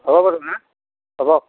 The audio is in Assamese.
হ'ব বাৰু হা হ'ব